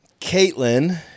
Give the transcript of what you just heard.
Caitlin